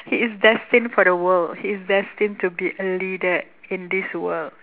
he is destined for the world he is destined to be a leader in this world